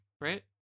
Right